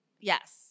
Yes